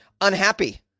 unhappy